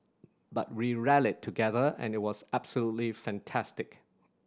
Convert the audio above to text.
but we rallied together and it was absolutely fantastic